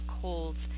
colds